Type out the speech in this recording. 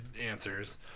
answers